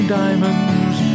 diamonds